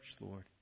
Lord